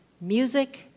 music